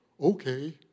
Okay